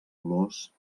olors